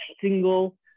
single